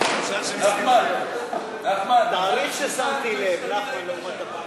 הצעת חוק ברית הזוגיות לבני ובנות אותו מין,